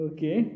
Okay